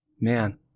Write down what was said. Man